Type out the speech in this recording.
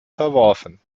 verworfen